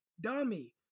Dummy